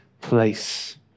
place